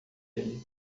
ele